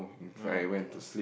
no nightmares ah